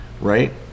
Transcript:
right